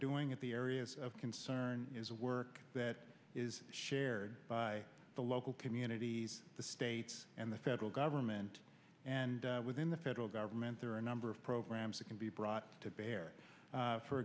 doing at the areas of concern is a work that is shared by the local communities the states and the federal government and within the federal government there are a number of programs that can be brought to bear